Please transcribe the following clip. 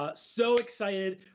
ah so excited.